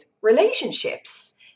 relationships